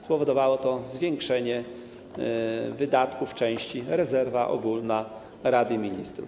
Spowodowało to zwiększenie wydatków w części: rezerwa ogólna Rady Ministrów.